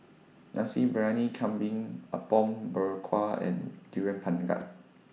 Nasi Briyani Kambing Apom Berkuah and Durian Pengat